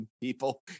people